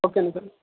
okay నా sir